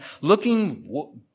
looking